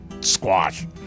squash